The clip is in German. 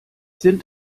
sind